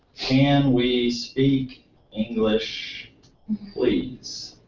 can we english please?